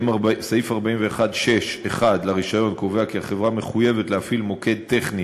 סעיף 41.6.1 לרישיון קובע כי החברה מחויבת להפעיל מוקד טכני